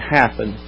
happen